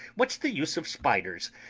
what's the use of spiders?